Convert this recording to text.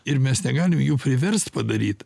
ir mes negalim jų priverst padaryt